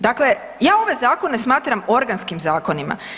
Dakle, ja ove zakone smatram organskim zakonima.